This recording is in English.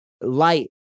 light